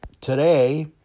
today